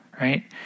Right